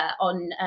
on